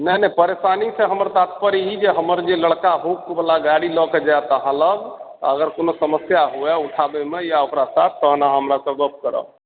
नहि नहि परेशानी से हमर तात्पर्य ई जे हमर जे लड़का हुकबला गाड़ी लऽके जाइत अहाँ लग अगर कोनो समस्या हुए उठाबैमे या ओकरा साथ तहन अहाँ हमरा से गप्प करब